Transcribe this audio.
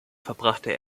verbrachte